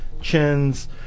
Chins